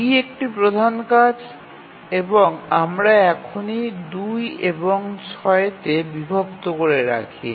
D একটি প্রধান কাজ এবং আমরা এখনই ২ এবং ৬ তে বিভক্ত করে রাখি